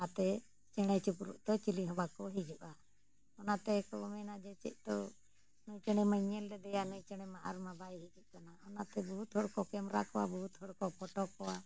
ᱚᱱᱟᱛᱮ ᱪᱮᱬᱮᱼᱪᱤᱯᱨᱩᱫ ᱛᱚ ᱪᱤᱞᱤ ᱦᱚᱸ ᱵᱟᱠᱚ ᱦᱤᱡᱩᱜᱼᱟ ᱚᱱᱟᱛᱮ ᱠᱚᱵᱚ ᱢᱮᱱᱟ ᱡᱮ ᱪᱮᱫ ᱛᱚ ᱱᱩᱭ ᱪᱮᱬᱮ ᱢᱟᱧ ᱧᱮᱞ ᱞᱮᱫᱮᱭᱟ ᱱᱩᱭ ᱪᱮᱬᱮ ᱢᱟ ᱟᱨ ᱢᱟ ᱵᱟᱭ ᱦᱤᱡᱩᱜ ᱠᱟᱱᱟ ᱚᱱᱟᱛᱮ ᱵᱚᱦᱩᱛ ᱦᱚᱲ ᱠᱚ ᱠᱚᱣᱟ ᱵᱚᱦᱩᱛ ᱦᱚᱲᱠᱚ ᱠᱚᱣᱟ